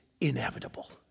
inevitable